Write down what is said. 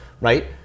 right